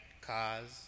cars